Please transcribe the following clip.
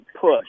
push